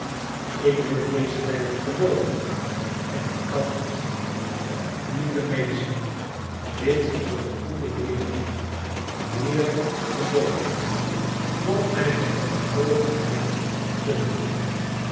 ik wil dezen bijbel gelooven en ik kan niet lieve meester bid tot den goeden heere heere ik geloof kom mijne ongeloovigheid te hulp